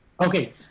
Okay